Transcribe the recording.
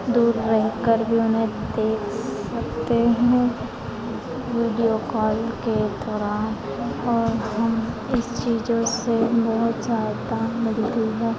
दूर रहकर भी उन्हें देख सकते हैं वीडियो कॉल के दौरान और हम इस चीज़ों से बहुत ज़्यादा मदद मिला